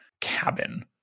cabin